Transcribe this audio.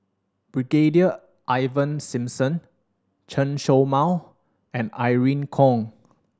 Brigadier Ivan Simson Chen Show Mao and Irene Khong